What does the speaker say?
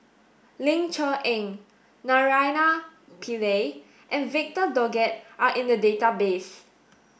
Ling Cher Eng Naraina Pillai and Victor Doggett are in the database